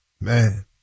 Man